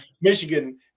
Michigan